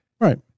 right